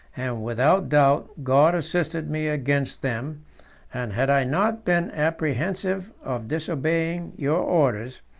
without doubt god assisted me against them and had i not been apprehensive of disobeying your orders,